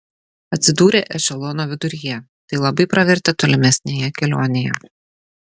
atsidūrė ešelono viduryje tai labai pravertė tolimesnėje kelionėje